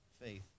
faith